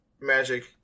Magic